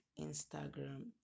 Instagram